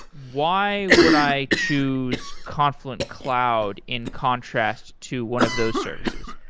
why would i choose confluent cloud in contrast to one of those services?